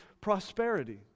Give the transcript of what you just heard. prosperity